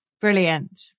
Brilliant